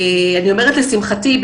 אני אומרת לשמחתי,